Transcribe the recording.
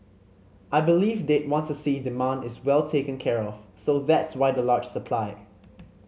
I believe they'd want to see demand is well taken care of so that's why the large supply